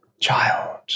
Child